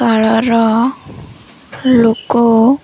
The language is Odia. କାଳର ଲୋକ